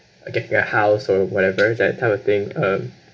or getting a house or whatever that type of thing um